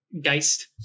Geist